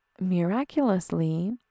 miraculously